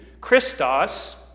Christos